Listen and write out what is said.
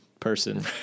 person